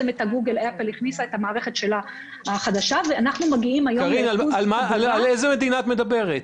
גוגל אפל --- קרין, על איזו מדינה את מדברת?